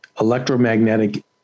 electromagnetic